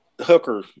Hooker